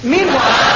Meanwhile